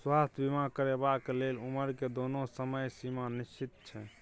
स्वास्थ्य बीमा करेवाक के लेल उमर के कोनो समय सीमा निश्चित छै?